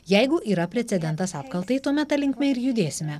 jeigu yra precedentas apkaltai tuomet ta linkme ir judėsime